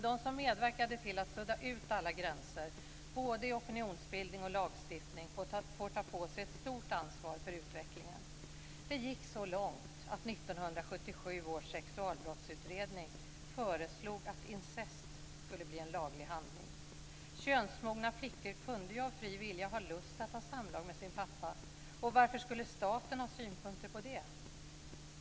De som medverkade till att sudda ut alla gränser, både i opinionsbildning och lagstiftning, får ta på sig ett stort ansvar för utvecklingen. Det gick så långt att 1977 års sexualbrottsutredning föreslog att incest skulle bli en laglig handling. Könsmogna flickor kunde ju av fri vilja ha lust att ha samlag med sin pappa, och varför skulle staten ha synpunkter på det?